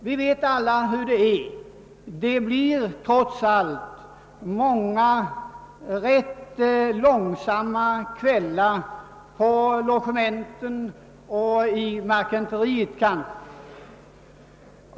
Vi vet alla hur det är; det blir trots allt "många långsamma kvällar på logementet och i marketenteriet.